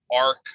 arc